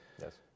Yes